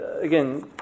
again